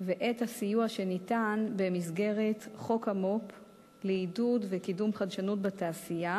את הסיוע שניתן במסגרת חוק המו"פ לעידוד וקידום חדשנות בתעשייה,